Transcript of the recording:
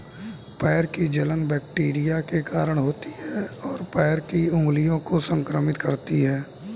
पैर की जलन बैक्टीरिया के कारण होती है, और पैर की उंगलियों को संक्रमित करती है